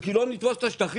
כי לא נתפוס את השטחים?